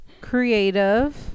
creative